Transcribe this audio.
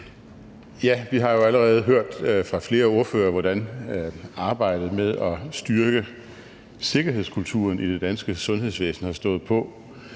det. Vi har jo allerede hørt fra flere ordførere, hvordan arbejdet med at styrke sikkerhedskulturen i det danske sundhedsvæsen har stået på